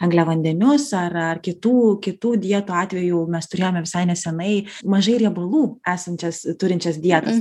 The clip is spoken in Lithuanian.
angliavandenius ar ar kitų kitų dietų atveju mes turėjome visai nesenai mažai riebalų esančias turinčias dietas